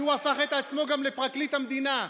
שהפך את עצמו גם לפרקליט המדינה,